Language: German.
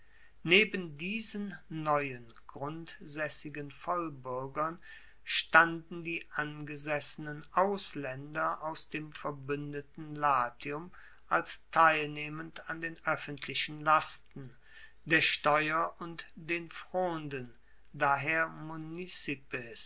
neben diesen neuen grundsaessigen vollbuergern standen die angesessenen auslaender aus dem verbuendeten latium als teilnehmend an den oeffentlichen lasten der steuer und den fronden